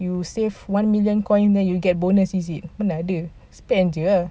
you save one million coin then you get bonus is it mana ada spend ah